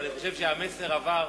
אבל אני חושב שהמסר עבר.